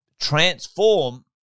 transform